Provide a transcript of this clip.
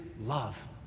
love